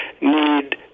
need